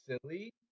silly